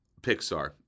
Pixar